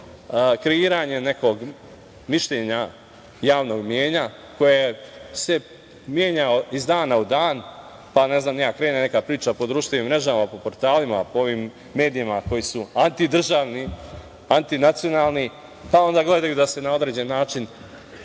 kreiranja nekog mišljenja javnog mnjenja koje se menja iz dana u dan, pa krene neka priča po društvenim mrežama, po portalima, po medijima koji su antidržavni, antinacionalni, pa onda gledaju da se na određeni način